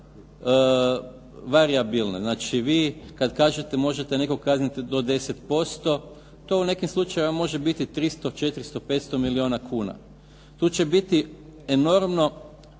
varijabilne. Znači vi kada kažete možete nekoga kazniti do 10%, to u nekim slučajevima može biti 300, 400, 500 milijuna kuna. Tu će biti enormno